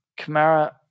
Kamara